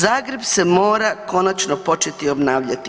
Zagreb se mora konačno početi obnavljati.